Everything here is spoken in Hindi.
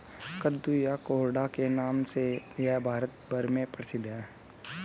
कद्दू या कोहड़ा के नाम से यह भारत भर में प्रसिद्ध है